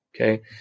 Okay